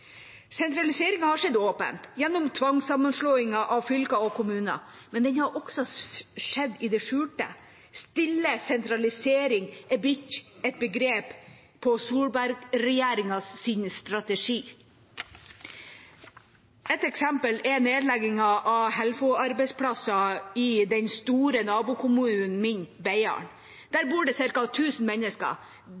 har skjedd åpent, gjennom tvangssammenslåing av fylker og kommuner, men den har også skjedd i det skjulte. «Stille sentralisering» er blitt et begrep om Solberg-regjeringas strategi. Et eksempel er nedleggingen av Helfo-arbeidsplasser i den store nabokommunen min, Beiarn. Der